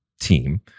team